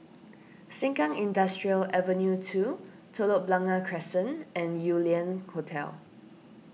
Sengkang Industrial Ave two Telok Blangah Crescent and Yew Lian Hotel